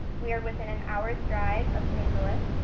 we are within an hour's drive of st. louis,